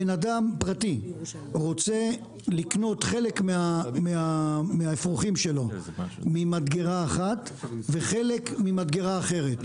בן אדם פרטי רוצה לקנות חלק מהאפרוחים שלו ממדגרה אחת וחלק ממדגרה אחרת,